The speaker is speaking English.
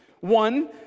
One